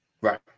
Right